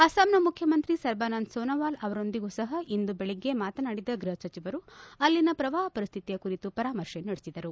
ಅಸ್ಸಾಂನ ಮುಖ್ಯಮಂತ್ರಿ ಸರ್ಬಾನಂದ್ ಸೋನೊವಾಲ್ ಅವರೊಂದಿಗೂ ಇಂದು ಬೆಳಗ್ಗೆ ಮಾತನಾಡಿದ ಗೃಹ ಸಚಿವರು ಅಲ್ಲಿನ ಪ್ರವಾಹ ಪರಿಸ್ಥಿತಿ ಕುರಿತು ಪರಾಮರ್ತೆ ನಡೆಸಿದರು